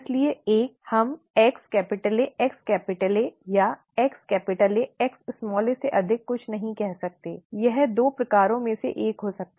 इसलिए 1 हम XAXA या XAXa से अधिक कुछ नहीं कह सकते यह 2 प्रकारों में से एक हो सकता है